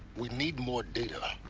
we need more data